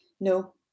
No